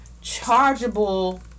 chargeable